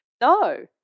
No